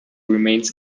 remains